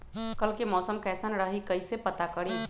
कल के मौसम कैसन रही कई से पता करी?